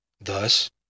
Thus